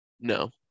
No